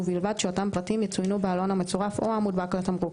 ובלבד שאותם פרטים יצוינו בעלון המצורף או המודבק לתמרוק,